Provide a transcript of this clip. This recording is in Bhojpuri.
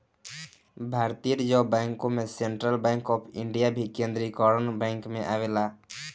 भारतीय बैंकों में सेंट्रल बैंक ऑफ इंडिया भी केन्द्रीकरण बैंक में आवेला